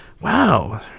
Wow